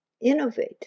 innovate